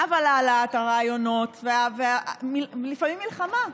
אבל העלאת הרעיונות, לפעמים מלחמה,